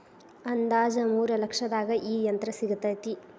ಅಂದಾಜ ಮೂರ ಲಕ್ಷದಾಗ ಈ ಯಂತ್ರ ಸಿಗತತಿ